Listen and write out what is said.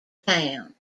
town